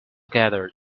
gathered